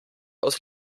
aus